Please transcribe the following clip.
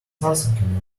nothing